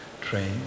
train